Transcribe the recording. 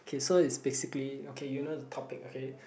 okay so is basically okay you know the topic okay